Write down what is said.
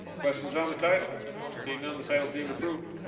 questions on the title seeing none the titles named approved